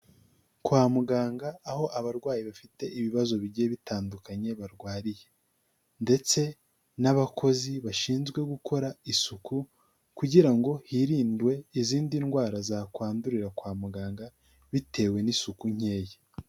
Kwa muganga aho abarwayi bafite ibibazo bigiye bitandukanye barwariye. Ndetse n'abakozi bashinzwe gukora isuku kugira ngo hirindwe izindi ndwara zakwandurira kwa muganga bitewe n'isuku nkeya.